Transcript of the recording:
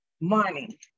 Money